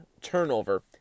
turnover